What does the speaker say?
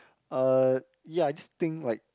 uh ya I just think like